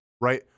right